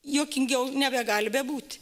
juokingiau nebegali bebūti